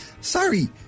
sorry